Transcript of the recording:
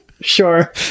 Sure